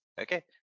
okay